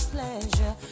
pleasure